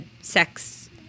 sex